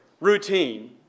routine